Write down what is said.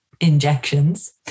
injections